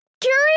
curious